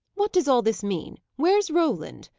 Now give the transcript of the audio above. what does all this mean? where's roland?